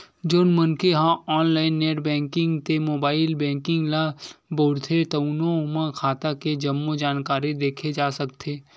जउन मनखे ह ऑनलाईन नेट बेंकिंग ते मोबाईल बेंकिंग ल बउरथे तउनो म खाता के जम्मो जानकारी देखे जा सकथे